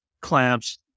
clamps